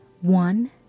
One